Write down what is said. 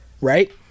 right